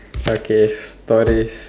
okay stories